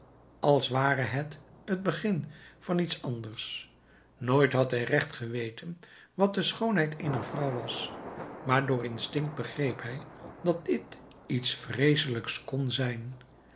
als ware het t begin van iets anders nooit had hij recht geweten wat de schoonheid eener vrouw was maar door instinct begreep hij dat dit iets vreeselijks kon zijn